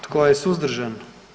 Tko je suzdržan?